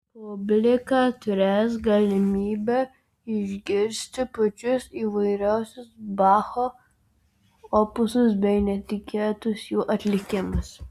publika turės galimybę išgirsti pačius įvairiausius bacho opusus bei netikėtus jų atlikimus